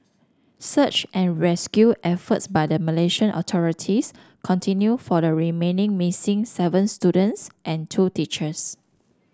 search and rescue efforts by the Malaysian authorities continue for the remaining missing seven students and two teachers